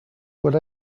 what